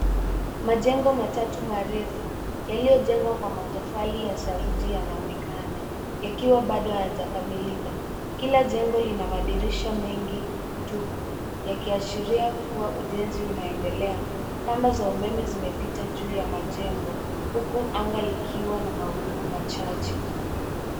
Majengo matatu marefu yaliyojengwa kwa matofali ya saruji yanaonekana yakiwa bado hayajakamilika. Kila jengo lina madirisha mengi tupu yakiashiria kuwa ujenzi unaendelea. Kamba za umeme zimepita juu ya majengo huku anga likiwa na mawingu machache.